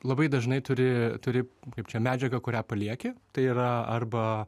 labai dažnai turi turi kaip čia medžiagą kurią palieki tai yra arba